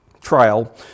trial